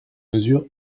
mesure